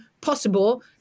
possible